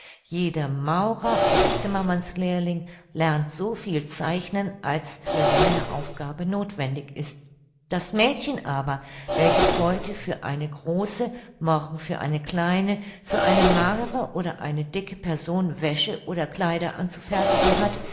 jeder maurer oder zimmermannslehrling lernt so viel zeichnen als für seine aufgabe nothwendig ist das mädchen aber welches heute für eine große morgen für eine kleine für eine magere oder eine dicke person wäsche oder kleider anzufertigen hat